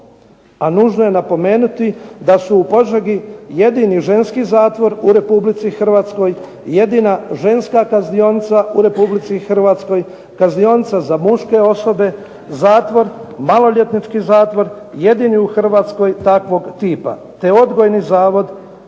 Nužno je napomenuti da su u Požegi jedini ženski zatvor u Republici Hrvatskoj, jedina ženska kaznionica u Republici Hrvatskoj, kaznionica za muške osobe, zatvor, maloljetnički zatvor jedini u Hrvatskoj takvog tipa, te Odgojni zavod